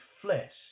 flesh